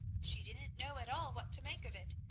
she didn't know at all what to make of it,